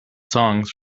songs